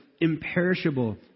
imperishable